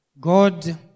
God